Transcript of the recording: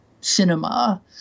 cinema